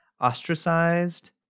ostracized